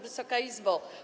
Wysoka Izbo!